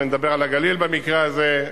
אני מדבר על הגליל במקרה הזה,